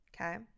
Okay